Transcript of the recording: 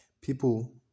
people